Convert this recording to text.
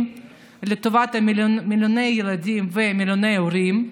לטובת מיליוני ילדים ומיליוני הורים,